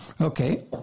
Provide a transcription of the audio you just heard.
Okay